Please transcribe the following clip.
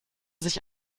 sich